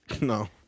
No